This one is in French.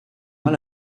mal